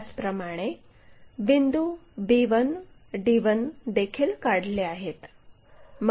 त्याचप्रमाणे बिंदू b1 d1 देखील काढले आहेत